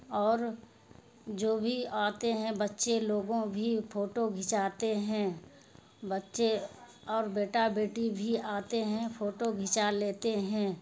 اور جو بھی آتے ہیں بچے لوگوں بھی پھوٹو کھنچاتے ہیں بچے اور بیٹا بیٹی بھی آتے ہیں فوٹو کھنچا لیتے ہیں